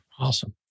Awesome